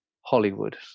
Hollywood